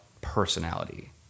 personality